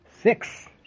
Six